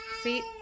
See